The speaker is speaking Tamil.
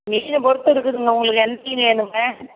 மீனை பொறுத்து இருக்குதுங்க உங்களுக்கு எந்த மீன் வேணுங்க